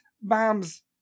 bombs